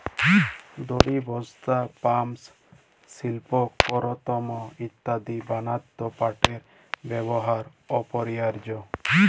দড়ি, বস্তা, পাপস, সিল্পকরমঅ ইত্যাদি বনাত্যে পাটের ব্যেবহার অপরিহারয অ